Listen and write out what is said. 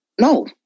No